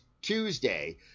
Tuesday